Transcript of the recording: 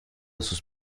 sus